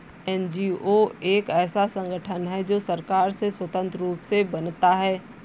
NGO एक ऐसा संगठन है जो सरकार से स्वतंत्र रूप से बनता है